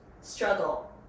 Struggle